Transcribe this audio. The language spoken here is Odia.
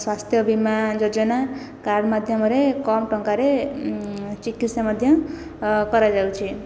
ସ୍ଵାସ୍ଥ୍ୟ ବୀମା ଯୋଜନା କାର୍ଡ଼ ମାଧ୍ୟମରେ କମ୍ ଟଙ୍କାରେ ଚିକିତ୍ସା ମଧ୍ୟ କରାଯାଉଛି